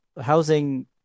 housing